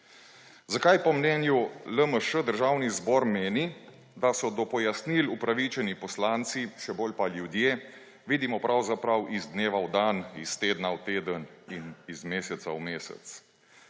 Zakaj po mnenju LMŠ Državni zbor meni, da so do pojasnil upravičeni poslanci, še bolj pa ljudje, vidimo pravzaprav iz dneva v dan, iz tedna v teden in iz meseca v mesec.